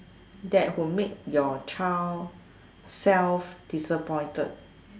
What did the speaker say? that will make your child self disappointed